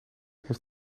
heeft